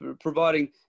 providing